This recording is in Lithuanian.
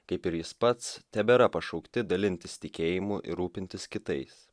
kaip ir jis pats tebėra pašaukti dalintis tikėjimu ir rūpintis kitais